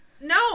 No